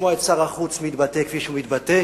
לשמוע את שר החוץ מתבטא כפי שהוא מתבטא,